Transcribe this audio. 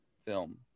film